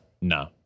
No